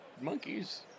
monkeys